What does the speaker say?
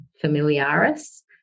familiaris